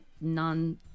non